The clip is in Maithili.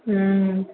हुँ